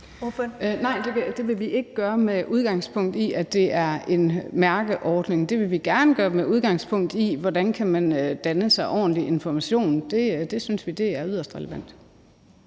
Nej, det vil vi ikke gøre med udgangspunkt i, at det er en mærkningsordning, men det vil vi gerne gøre med udgangspunkt i, hvordan man kan få ordentlig information. Det synes vi er yderst relevant.